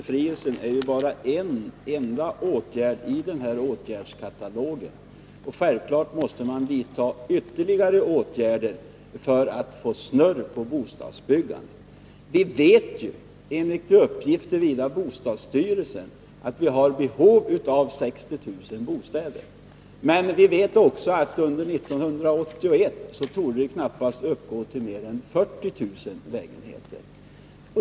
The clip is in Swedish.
Fru talman! Jag har sagt tidigare att momsbefrielsen bara är en enda åtgärd i den här åtgärdskatalogen. Självfallet måste man vidta ytterligare åtgärder för att få snurr på bostadsbyggandet. Vi vet ju — enligt uppgifter från bostadsstyrelsen — att vi har behov av 60 000 bostäder. Men vi vet också att under 1981 torde byggandet knappast uppgå till mer än 40 000 lägenheter.